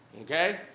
Okay